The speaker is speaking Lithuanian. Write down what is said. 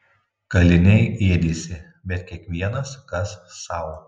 kaliniai ėdėsi bet kiekvienas kas sau